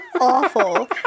awful